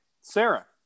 Sarah